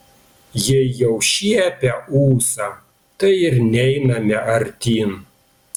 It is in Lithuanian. jei jau šiepia ūsą tai ir neiname artyn